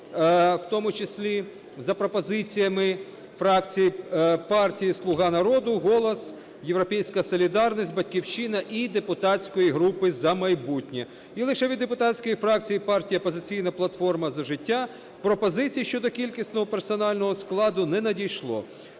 в тому числі за пропозиціями фракцій партій "Слуга народу", "Голос", "Європейська солідарність", "Батьківщина" і депутатської групи "За майбутнє". І лише від депутатської фракції партії "Опозиційна платформа - За життя" пропозицій щодо кількісного персонального складу не надійшло.